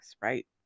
right